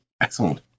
Excellent